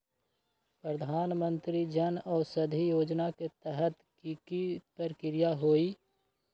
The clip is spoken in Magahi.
प्रधानमंत्री जन औषधि योजना के तहत की की प्रक्रिया होई?